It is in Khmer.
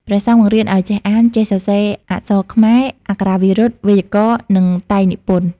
ព្រះសង្ឃបង្រៀនឲ្យចេះអាន ចេះសរសេរអក្សរខ្មែរ អក្ខរាវិរុទ្ធ វេយ្យាករណ៍ និងតែងនិពន្ធ។